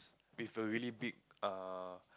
with a really big err